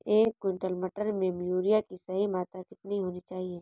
एक क्विंटल मटर में यूरिया की सही मात्रा कितनी होनी चाहिए?